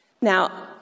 Now